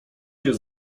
jest